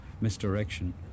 misdirection